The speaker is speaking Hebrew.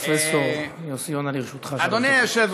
פרופסור יוסי